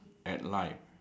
at life